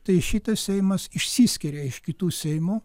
tai šitas seimas išsiskiria iš kitų seimų